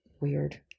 weird